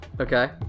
Okay